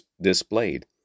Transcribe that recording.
displayed